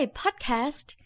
podcast